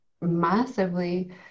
massively